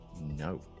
No